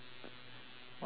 my comments